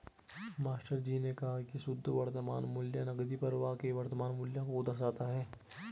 मास्टरजी ने कहा की शुद्ध वर्तमान मूल्य नकदी प्रवाह के वर्तमान मूल्य को दर्शाता है